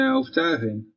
overtuiging